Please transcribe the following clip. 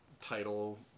title